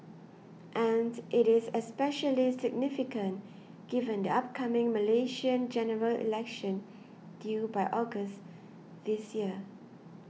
and it is especially significant given the upcoming Malaysian General Election due by August this year